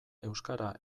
euskara